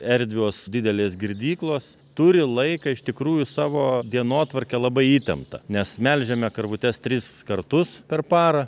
erdvios didelės girdyklos turi laiką iš tikrųjų savo dienotvarkę labai įtemptą nes melžiame karvutes tris kartus per parą